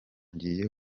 ngiye